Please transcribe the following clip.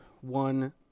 one